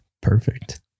perfect